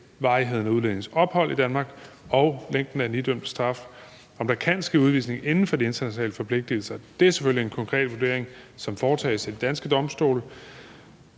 varigheden af udlændingens ophold i Danmark og længden af en idømt straf. Om der kan ske udvisning inden for de internationale forpligtelser er selvfølgelig en konkret vurdering, som foretages af de danske domstole.